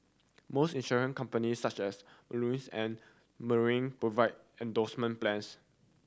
most insurance companies such as Manulife and Tokio Marine provide endowment plans